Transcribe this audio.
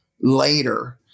later